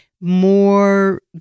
more